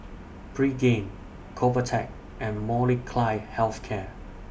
Pregain Convatec and Molnylcke Health Care